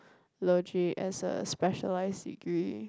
~logy as a specialised degree